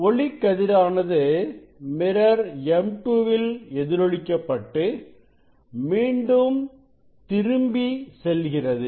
ஒளிக்கதிர் ஆனது mirror M2 ல் எதிரொலிக்க பட்டு மீண்டும் திரும்பி செல்கிறது